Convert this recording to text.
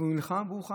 אבל הוא נלחם והוא חי.